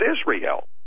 Israel